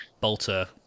bolter